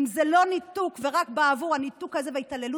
אם זה לא ניתוק, ורק בעבור הניתוק הזה וההתעללות